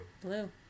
Blue